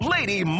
Lady